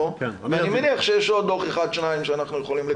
אני מניח שיש עוד דוח אחד או שניים שאנחנו יכולים לקבל.